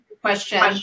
question